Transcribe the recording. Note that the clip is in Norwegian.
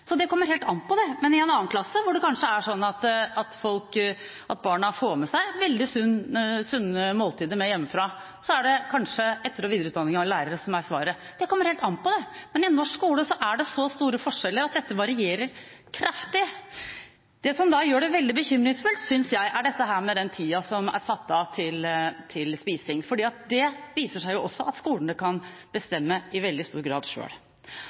Så det kommer helt an på. Men i en annen klasse, hvor det kanskje er sånn at barna får med seg sunne måltider hjemmefra, er det kanskje etter- og videreutdanning av lærere som er svaret – det kommer helt an på. Men i norsk skole er det så store forskjeller at dette varierer kraftig. Det som gjør det veldig bekymringsfullt, synes jeg, er den tida som er satt av til spising. Det viser seg jo at skolene i veldig stor grad